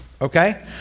okay